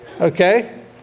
Okay